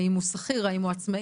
האם הוא שכיר, האם הוא עצמאי.